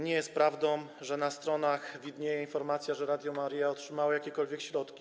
Nie jest prawdą, że na stronach widnieje informacja, że Radio Maryja otrzymało jakiekolwiek środki.